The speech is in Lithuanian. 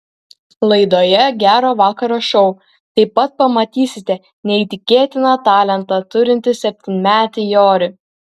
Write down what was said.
laidoje gero vakaro šou taip pat pamatysite neįtikėtiną talentą turintį septynmetį jorį